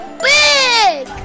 big